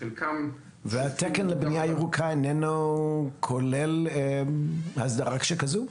התקן לבנייה ירוקה אינו כולל הסדרה כזו?